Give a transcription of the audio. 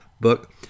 book